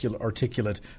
articulate